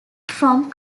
from